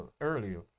earlier